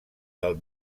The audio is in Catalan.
del